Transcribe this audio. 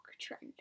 trend